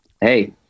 hey